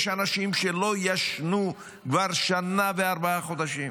יש אנשים שלא ישנו כבר שנה וארבעה חודשים.